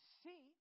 see